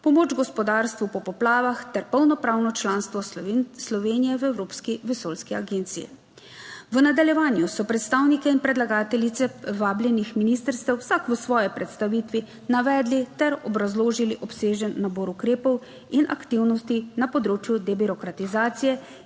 pomoč gospodarstvu po poplavah ter polnopravno članstvo Slovenije v Evropski vesoljski agenciji. V nadaljevanju so predstavniki in predlagateljice vabljenih ministrstev vsak v svoji predstavitvi navedli ter obrazložili obsežen nabor ukrepov in aktivnosti na področju debirokratizacije